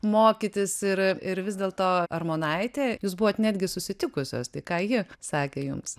mokytis ir ir vis dėlto armonaitė jūs buvot netgi susitikusios tai ką ji sakė jums